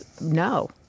no